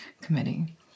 committee